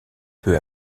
peu